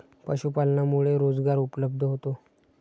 पशुपालनामुळे रोजगार उपलब्ध होतो